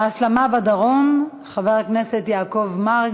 הצעות לסדר-היום מס' 3568,